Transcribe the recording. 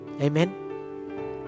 Amen